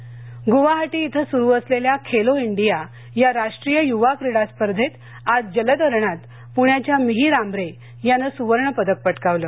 Khelo India Guwahati इथं सुरु असलेल्या खेलो इंडिया या राष्ट्रीय युवाक्रीडा स्पर्धेंत आज जलतरणात पुण्याच्या मिहीर आंम्ब्रे यांनं सुवर्णपदक पटकावलं